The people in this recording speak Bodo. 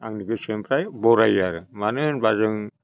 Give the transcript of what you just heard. आंनि गोसोनिफ्राय बरायो आरो मानो होनबा जों